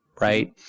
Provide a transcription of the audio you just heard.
right